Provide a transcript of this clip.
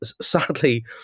sadly